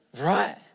right